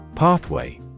Pathway